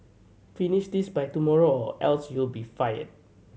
finish this by tomorrow or else you'll be fired